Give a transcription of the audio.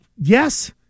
Yes